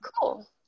Cool